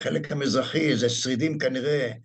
חלק המזרחי זה שרידים כנראה